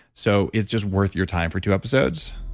so it's just worth your time for two episodes.